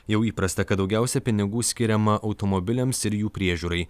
jau įprasta kad daugiausiai pinigų skiriama automobiliams ir jų priežiūrai